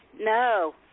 No